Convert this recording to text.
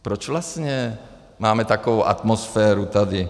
Proč vlastně máme takovou atmosféru tady?